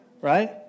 Right